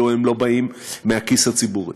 כאילו הם לא באים מהכיס הציבורי.